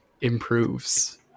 improves